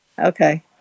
Okay